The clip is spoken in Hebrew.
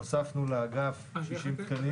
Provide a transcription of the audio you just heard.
והוספנו לאגף 60 תקנים.